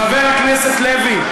חבר הכנסת לוי,